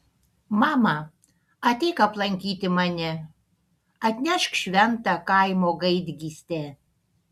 mama ateik aplankyti mane atnešk šventą kaimo gaidgystę